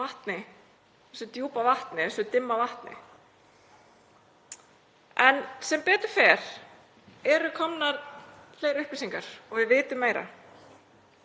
þessu djúpa vatni, þessu dimma vatni, en sem betur fer eru komnar fleiri upplýsingar og við vitum meira.